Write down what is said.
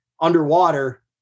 underwater